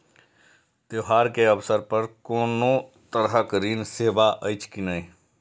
त्योहार के अवसर पर कोनो तरहक ऋण सेवा अछि कि नहिं?